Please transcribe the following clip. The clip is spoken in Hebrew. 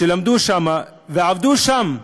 שלמדו שם ועבדו שם.